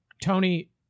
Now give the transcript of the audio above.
tony